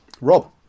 Rob